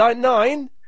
nine